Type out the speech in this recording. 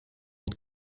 mit